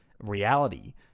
reality